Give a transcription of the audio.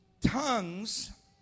tongues